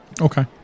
okay